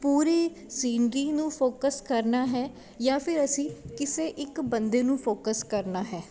ਪੂਰੀ scenery ਨੂੰ focus ਕਰਨਾ ਹੈ ਜਾਂ ਫਿਰ ਅਸੀਂ ਕਿਸੇ ਇੱਕ ਬੰਦੇ ਨੂੰ ਫੋਕਸ ਕਰਨਾ ਹੈ